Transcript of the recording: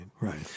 Right